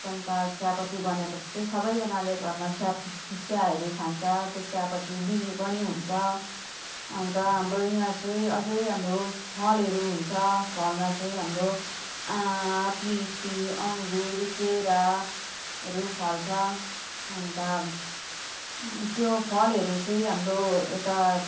अन्त चियापत्ती बनेपछि चाहिँ सबैजनाले घरमा चियापत्ती चियाहरू खान्छ त्यो चियापत्ती बिक्री पनि हुन्छ अन्त हाम्रो यहाँ चाहिँ अझै हाम्रो फलहरू हुन्छ फलमा चाहिँ हाम्रो आँप लिची अङ्गुर केराहरू फल्छ अन्त त्यो फलहरू चाहिँ हाम्रो यता